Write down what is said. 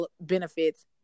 Benefits